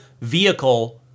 vehicle